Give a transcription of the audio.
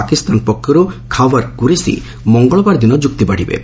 ପାକିସ୍ତାନ ପଟୁ ଖୱର୍ କୁରେସି ମଙ୍ଗଳବାର ଦିନ ଯୁକ୍ତି ବାଢ଼ିବେ